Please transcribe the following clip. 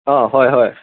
অঁ হয় হয়